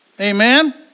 Amen